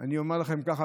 אני אומר לכם ככה,